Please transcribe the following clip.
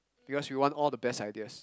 because we want all the best ideas